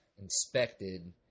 inspected